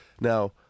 Now